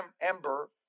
ember